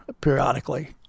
periodically